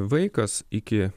vaikas iki